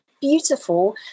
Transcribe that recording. beautiful